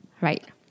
right